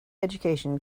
education